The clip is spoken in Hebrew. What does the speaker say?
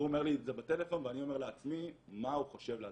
והוא אומר לי את זה בטלפון ואני אומר לעצמי: מה הוא חושב לעזאזל,